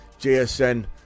JSN